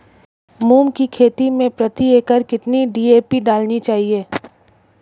मूंग की खेती में प्रति एकड़ कितनी डी.ए.पी डालनी चाहिए?